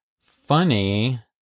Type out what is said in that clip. funny